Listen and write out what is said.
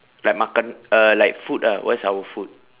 like makan uh like food ah what's our food